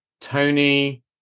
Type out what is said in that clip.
Tony